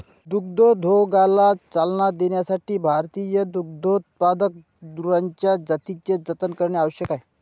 दुग्धोद्योगाला चालना देण्यासाठी भारतीय दुग्धोत्पादक गुरांच्या जातींचे जतन करणे आवश्यक आहे